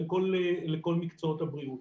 בגלל הבעיה